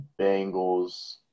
Bengals